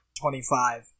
Twenty-five